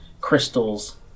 crystals